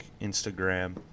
Instagram